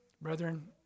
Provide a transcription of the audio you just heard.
Brethren